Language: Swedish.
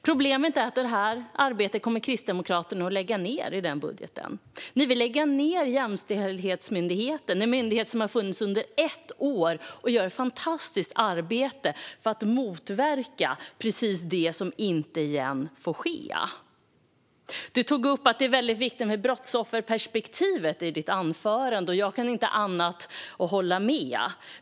Problemet är att Kristdemokraterna kommer att lägga ned det här arbetet i och med denna budget. Ni vill lägga ned Jämställdhetsmyndigheten som har funnits i ett år och gör ett fantastiskt arbete för att motverka precis det som inte får ske igen. Andreas Carlson tog i sitt anförande upp att det är väldigt viktigt med brottsofferperspektivet, och jag kan inte annat än att hålla med.